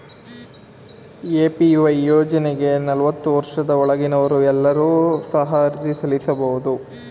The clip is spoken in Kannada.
ಎ.ಪಿ.ವೈ ಯೋಜ್ನ ನಲವತ್ತು ವರ್ಷದ ಒಳಗಿನವರು ಎಲ್ಲರೂ ಸಹ ಅರ್ಜಿ ಸಲ್ಲಿಸಬಹುದು